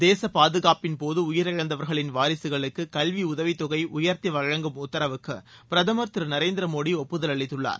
தேசப்பாதுகாப்பின் போது உயிரிழந்தவர்களின் வாரிசுகளுக்கு கல்வி உதவித்தொகை உயர்த்தி வழங்கும் உத்தரவுக்கு பிரதமர் திரு நரேந்திரமோடி ஒப்புதல் அளித்துள்ளார்